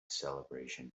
celebration